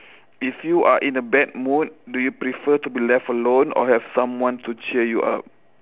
if you are in a bad mood do you prefer to be left alone or have someone to cheer you up